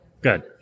Good